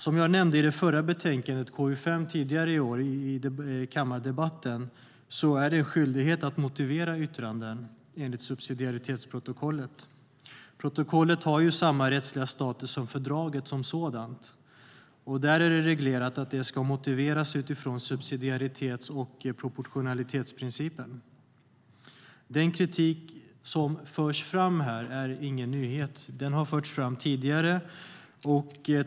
Som jag nämnde i kammardebatten om KU5 tidigare i år har vi en skyldighet att motivera yttranden enligt subsidiaritetsprotokollet. Protokollet har samma rättsliga status som fördraget som sådant, och där är det reglerat att det ska motiveras utifrån subsidiaritets och proportionalitetsprinciperna. Den kritik som förs fram här är ingen nyhet; den har förts fram tidigare.